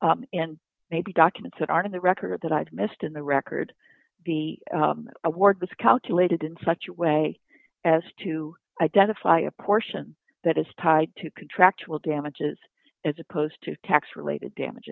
and maybe documents that are in the record that i missed in the record the award was calculated in such a way as to identify a portion that is tied to contractual damages as opposed to t